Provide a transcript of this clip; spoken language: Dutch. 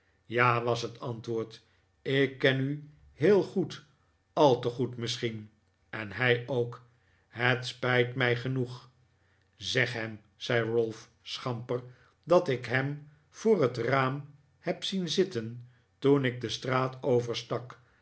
ja was het antwoord ik ken u heel goed al te goed misschien en hij ook het spijt mij genoeg zeg hem zei ralph schamper dat ik hem voor het raam heb zien zitten toen ik de straat overstak